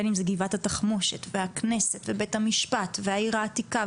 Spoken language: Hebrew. בין אם זה גבעת התחמושת והכנסת ובית המשפט והעיר העתיקה,